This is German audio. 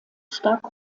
stark